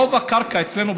רוב הקרקע אצלנו,